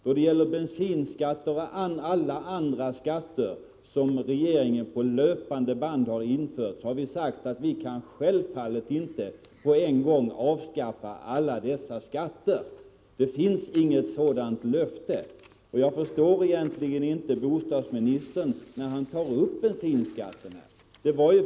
Då det gäller bensinskatten och alla andra skatter som regeringen på löpande band har infört har vi sagt att vi självfallet inte på en gång kan avskaffa alla dessa. Det finns inget sådant löfte. Jag förstår egentligen inte varför bostadsministern här tar upp bensinskatten.